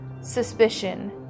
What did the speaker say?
suspicion